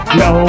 no